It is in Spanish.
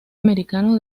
americano